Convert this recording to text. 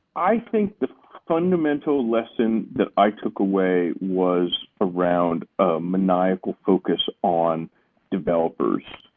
i think the fundamental lesson that i took away was a round of maniacal focus on developers,